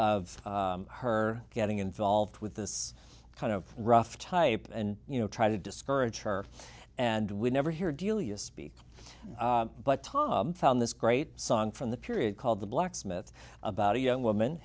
of her getting involved with this kind of rough type and you know try to discourage her and we never hear delia speak but tom found this great song from the period called the blacksmith about a young woman